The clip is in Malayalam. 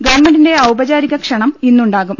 ഗവൺമെന്റിന്റെ ഔപചാരിക ക്ഷണം ഇന്നുണ്ടാകും